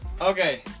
Okay